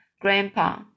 Grandpa